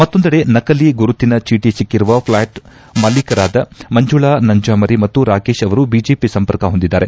ಮತ್ತೊಂದೆಡೆ ನಕಲಿ ಗುರುತಿನ ಚೀಟಿ ಸಿಕ್ಕರುವ ಪ್ಲಾಟ್ ಮಾಲೀಕರಾದ ಮಂಜುಳಾ ನಂಜಾಮರಿ ಮತ್ತು ರಾಕೇಶ್ ಅವರು ಬಿಜೆಪಿ ಸಂಪರ್ಕ ಹೊಂದಿದ್ದಾರೆ